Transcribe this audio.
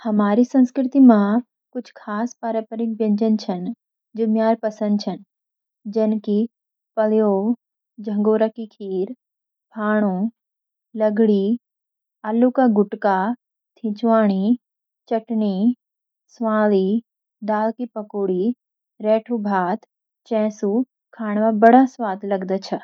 हम्हारी संस्कृति मँ कु छ खास पारंपरिक ब्यंजन छन, जौ म्यर पसंद छन। पैल्यौं,“झंगोरा की खीर”, फाणू, लगड़ी, आलू का गुटका, तिछवानी, स्वानली, दाल की पकौड़ी, रेठू भात, चैंसू" खाण मँ बड्ड स्वाद लागद छ।